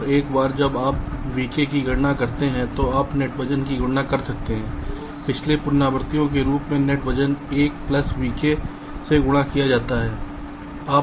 और एक बार जब आप vk की गणना करते हैं तो आप नेट वजन की गणना कर सकते हैं पिछले पुनरावृत्ति के रूप में नेट वजन 1 प्लस vk से गुणा किया जाता है